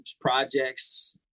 projects